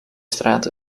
straat